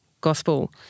Gospel